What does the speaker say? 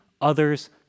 others